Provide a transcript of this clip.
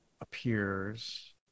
appears